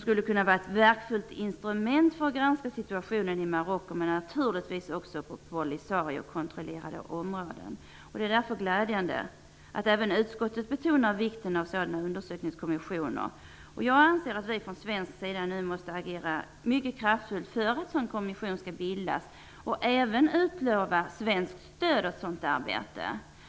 skulle kunna vara ett verkfullt instrument för att granska situationen i Marocko, men naturligtvis också i Polisariokontrollerade områden. Det är därför glädjande att även utskottet betonar vikten av en sådan undersökningskommission. Jag anser att vi från svensk sida nu måste agera mycket kraftfullt för att en sådan kommission bildas, och även utlova svenskt stöd åt ett sådant arbete.